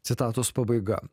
citatos pabaiga